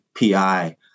PI